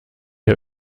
der